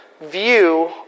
view